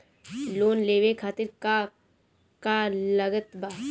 Loan लेवे खातिर का का लागत ब?